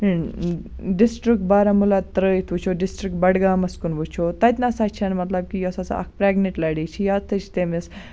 district Baramulla ترٲوِتھ وُچھو district بَڈگامَس کُن وُچھو تَتہِ نَسا چھَ نہٕ مَطلَب یوٚس ہَسا اکھ پریٚگننٹ لیٚڈی چھِ یا تہٕ چھِ تمس